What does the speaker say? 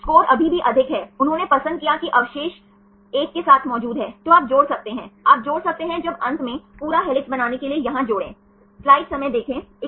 तो यहां अगर आपके पास 1 2 3 है तो आप एक कोण देख सकते हैं लेकिन डायहेड्रल कोण के मामले में कितने परमाणुओं की आवश्यकता है